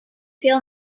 feel